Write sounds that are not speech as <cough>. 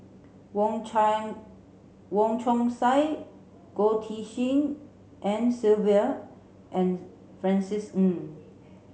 Wong <unintelligible> Wong Chong Sai Goh Tshin En Sylvia and Francis Ng